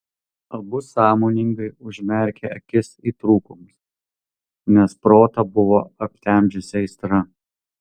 abu sąmoningai užmerkė akis į trūkumus nes protą buvo aptemdžiusi aistra